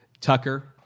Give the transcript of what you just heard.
Tucker